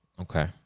Okay